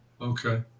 Okay